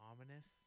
ominous